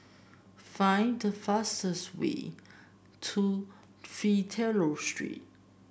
find the fastest way to Fidelio Street